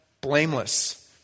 blameless